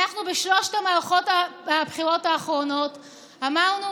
בשלוש מערכות הבחירות האחרונות אמרנו